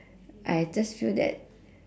I just feel that